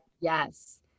yes